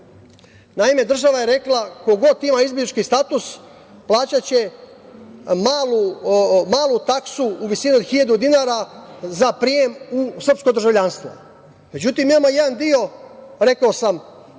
Naime, država je rekla ko god ima izbeglički status plaćaće malu taksu u visini od 1.000 dinara za prijem u srpsko državljanstvo.